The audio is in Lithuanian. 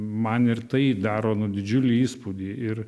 man ir tai daro nu didžiulį įspūdį ir